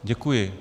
Děkuji.